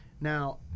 Now